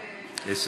חיה.